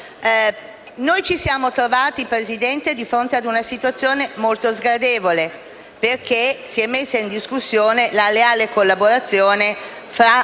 Ci siamo trovati, signor Presidente, di fronte a una situazione molto sgradevole, perché si è messa in discussione la leale collaborazione tra i due